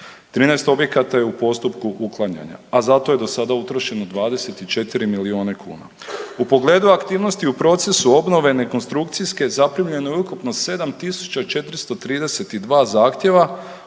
13 objekata je u postupku uklanjanja, a za to je do sada utrošeno 24 miliona kuna. U pogledu aktivnosti u procesu obnove nekonstrukcijske zaprimljeno je ukupno 7432 zahtjeva